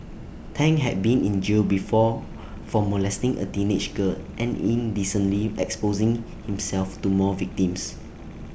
Tang had been in jail before for molesting A teenage girl and indecently exposing himself to more victims